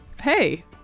Hey